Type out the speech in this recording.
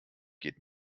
geht